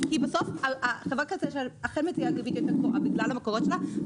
בסוף חברת כרטיסי האשראי כן מציעה ריבית גבוהה בגלל המקורות שלה,